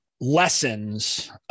lessons